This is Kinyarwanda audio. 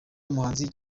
umuhanzi